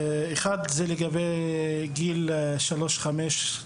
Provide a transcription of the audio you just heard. בנושא החינוך של גילאי שלוש עד